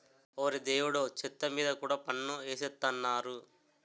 ఓరి దేవుడో చెత్త మీద కూడా పన్ను ఎసేత్తన్నారు